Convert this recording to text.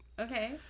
Okay